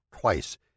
twice